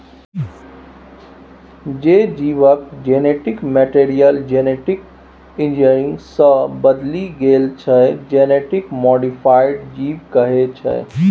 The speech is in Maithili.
जे जीबक जेनेटिक मैटीरियल जेनेटिक इंजीनियरिंग सँ बदलि गेल छै जेनेटिक मोडीफाइड जीब कहाइ छै